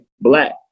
black